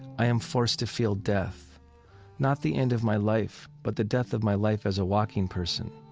i am forced to feel death not the end of my life, but the death of my life as a walking person,